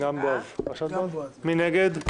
מי נגד?